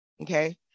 Okay